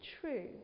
true